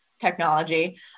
technology